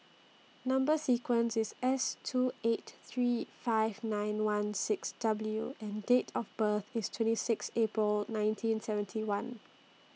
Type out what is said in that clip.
Number sequence IS S two eight three five nine one six W and Date of birth IS twenty six April nineteen seventy one